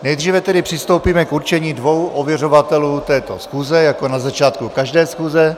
Nejdříve přistoupíme k určení dvou ověřovatelů této schůze jako na začátku každé schůze.